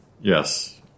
Yes